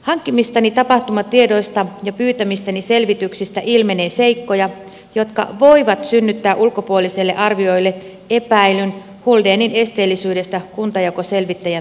hankkimistani tapahtumatiedoista ja pyytämistäni selvityksistä ilmenee seikkoja jotka voivat synnyttää ulkopuoliselle arvioijalle epäilyn huldenin esteellisyydestä kuntajakoselvittäjän tehtävässä